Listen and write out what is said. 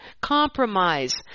compromise